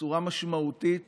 בצורה משמעותית